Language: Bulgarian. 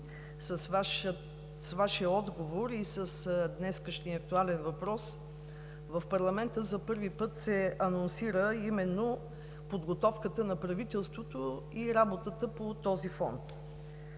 с Вашия отговор и с днешния актуален въпрос в парламента за първи път се анонсира именно подготовката на правителството и работата по този фонд.